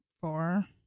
four